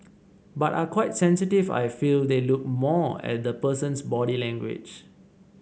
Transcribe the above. but are quite sensitive I feel they look more at the person's body language